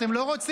אתם לא רוצים?